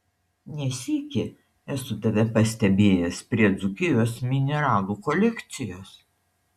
ne sykį esu tave pastebėjęs prie dzūkijos mineralų kolekcijos